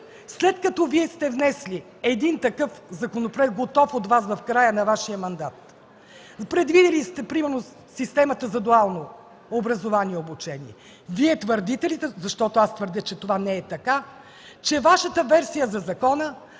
след като Вие сте внесли един такъв законопроект, готов от Вас в края на Вашия мандат, предвидили сте примерно системата за дуално образование и обучение, Вие твърдите ли, защото аз твърдя, че не е така, че Вашата версия за закона